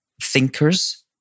thinkers